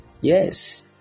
Yes